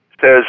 says